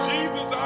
Jesus